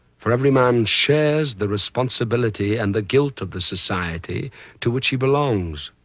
for every man shares the responsibility and the guilt of the society to which he belongs.